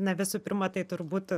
na visų pirma tai turbūt